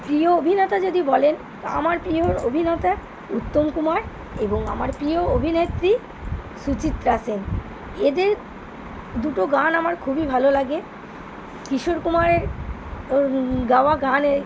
প্রিয় অভিনেতা যদি বলেন তা আমার প্রিয় অভিনতা উত্তম কুমার এবং আমার প্রিয় অভিনেত্রী সুচিত্রা সেন এদের দুটো গান আমার খুবই ভালো লাগে কিশোর কুমারের গাওয়া গানের